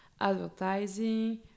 advertising